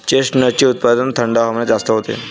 चेस्टनटचे उत्पादन थंड हवामानात जास्त होते